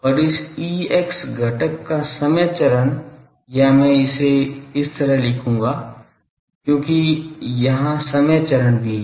और इस Ex घटक का समय चरण या मैं इसे इस तरह लिखूंगा क्योंकि यहाँ समय चरण भी हैं